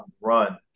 run